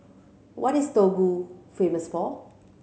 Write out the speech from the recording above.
what is Togo famous for